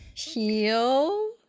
Heal